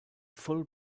full